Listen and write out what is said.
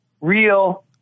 real